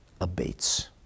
abates